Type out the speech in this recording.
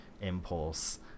impulse